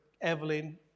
Evelyn